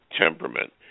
temperament